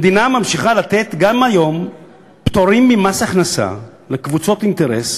המדינה ממשיכה לתת גם היום פטורים ממס הכנסה לקבוצות אינטרס